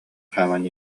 хааман